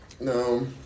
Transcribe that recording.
No